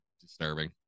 disturbing